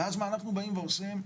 ואז מה אנחנו באים ועושים?